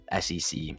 SEC